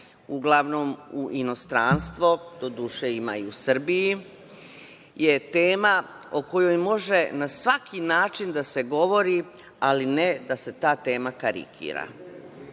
uglavnom u inostranstvo, doduše, ima i u Srbiji, je tema o kojoj može na svaki način da se govori, ali ne da se ta tema karikira,